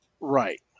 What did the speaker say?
Right